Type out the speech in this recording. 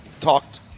talked